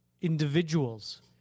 individuals